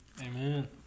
Amen